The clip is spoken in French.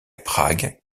prague